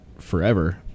forever